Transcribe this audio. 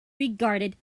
regarded